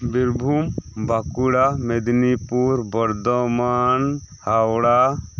Birbhum Bankura Medinipur Bardhaman Howrah